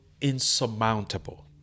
insurmountable